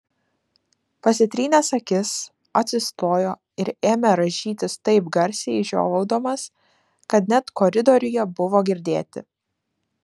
pasitrynęs akis atsistojo ir ėmė rąžytis taip garsiai žiovaudamas kad net koridoriuje buvo girdėti